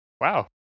Wow